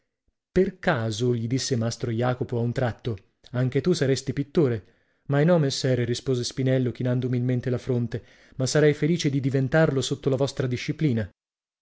per caso gli disse mastro jacopo a un tratto anche tu saresti pittore mainò messere rispose spinello chinando umilmente la fronte ma sarei felice di diventarlo sotto la vostra disciplina